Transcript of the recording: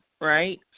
right